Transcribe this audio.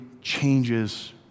changes